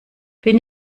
bin